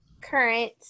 current